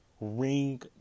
ring